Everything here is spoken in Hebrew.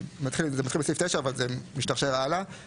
זה מתחיל מסעיף 9 אבל משתרשר הלאה.